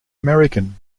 american